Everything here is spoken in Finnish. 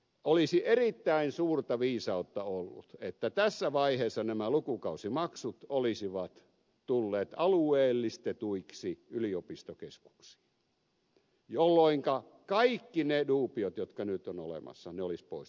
olisi erittäin suurta viisautta ollut että tässä vaiheessa nämä lukukausimaksut olisivat tulleet alueellistetuiksi yliopistokeskuksiin jolloinka kaikki ne dubiot jotka nyt ovat olemassa olisivat poistuneet kokonaan